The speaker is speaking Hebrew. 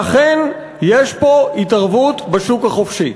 ואכן יש פה התערבות בשוק החופשי.